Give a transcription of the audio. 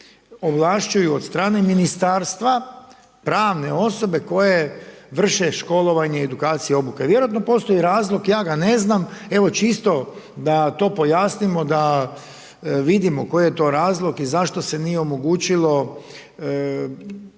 ovlašćuju od strane ministarstva pravne osobe koje vrše školovanje i edukacije i obuke. Vjerojatno postoji razlog, ja ga ne znam, evo čisto da to pojasnimo, da vidimo koji je to razlog i zašto se nije omogućilo također